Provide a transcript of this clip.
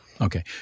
Okay